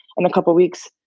and a couple weeks